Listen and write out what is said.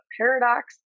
Paradox